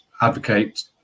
advocate